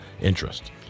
interest